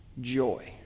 joy